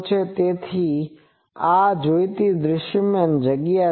તેથી આ મારે જોઈતી દ્રશ્યમાન જગ્યા છે